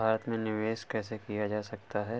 भारत में निवेश कैसे किया जा सकता है?